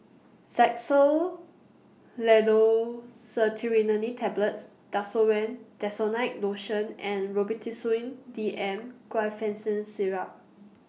Xyzal Levocetirizine Tablets Desowen Desonide Lotion and Robitussin D M Guaiphenesin Syrup